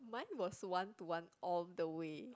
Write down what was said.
was one to one all the way